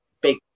big